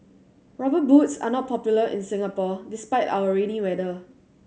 Rubber Boots are not popular in Singapore despite our rainy weather